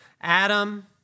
Adam